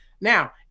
Now